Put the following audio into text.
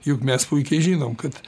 juk mes puikiai žinom kad